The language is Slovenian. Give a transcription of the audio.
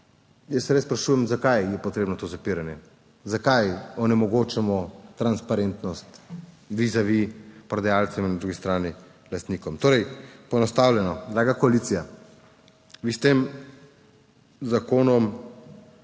Jaz se res sprašujem, zakaj je potrebno to zapiranje, zakaj onemogočamo transparentnost vizavi prodajalcem in na drugi strani lastnikom? Torej poenostavljeno, draga koalicija, vi s tem zakonom